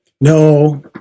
No